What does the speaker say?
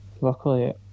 luckily